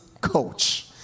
coach